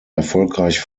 erfolgreich